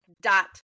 dot